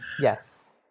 Yes